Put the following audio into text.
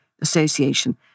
Association